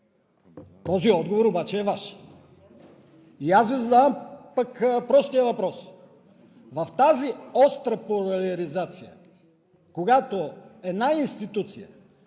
Този отговор обаче е Ваш. И аз Ви задавам пък простия въпрос: в тази остра поляризация, когато една институция,